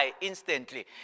instantly